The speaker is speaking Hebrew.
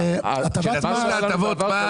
כשנותנים להם הטבות מס,